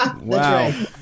Wow